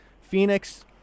Phoenix